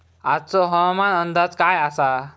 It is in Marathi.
आजचो हवामान अंदाज काय आसा?